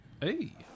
Hey